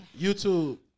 YouTube